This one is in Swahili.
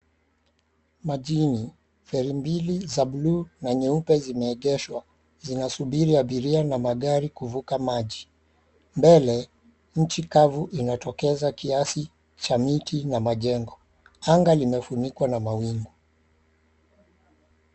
Majini feri mbili za bluu na nyeupe zimeegeshwa, Zinasubiri abiria na magari kuvuka maji . Mbele nchi kavu inatokeza kiasi cha miti na majengo. Anga limefunika na mawingu.